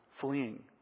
fleeing